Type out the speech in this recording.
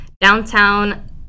downtown